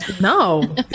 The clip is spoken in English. no